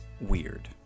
weird